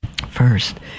First